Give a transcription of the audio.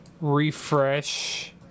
refresh